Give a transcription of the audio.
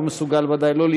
לא מסוגל בוודאי,